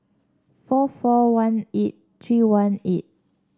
four four one eight three one eight